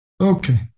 Okay